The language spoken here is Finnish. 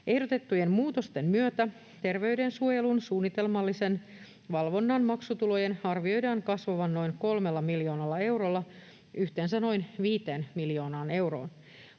Ehdotettujen muutosten myötä terveydensuojelun suunnitelmallisen valvonnan maksutulojen arvioidaan kasvavan noin 3 miljoonalla eurolla yhteensä noin 5 miljoonaan euroon.